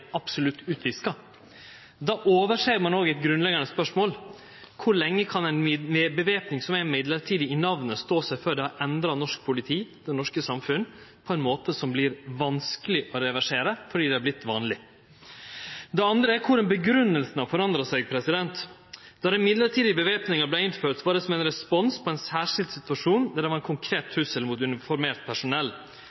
absolutt utviska. Då overser ein eit grunnleggjande spørsmål: Kor lenge kan ei væpning som er mellombels i namnet, stå seg før det har endra norsk politi, det norske samfunnet, på ein måte som vert vanskeleg å reversere fordi det har vorte vanleg? Det andre er korleis grunngjevinga har forandra seg. Då den mellombelse væpninga vart innført, var det som ein respons på ein særskild situasjon der det var ein konkret